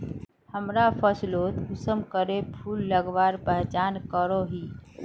हमरा फसलोत कुंसम करे फूल लगवार पहचान करो ही?